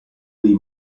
dei